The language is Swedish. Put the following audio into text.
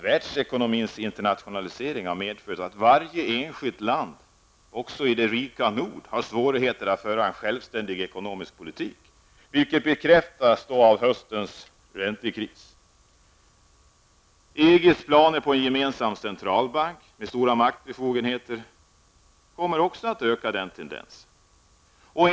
Världsekonomins internationalisering har dessutom medfört att varje enskilt land, också i det rika nord, har svårigheter att föra en självständig ekonomisk politik, vilket bekräftas av höstens räntekris. EGs planer på en gemensam centralbank med stora maktbefogenheter innebär att denna tendens förstärks.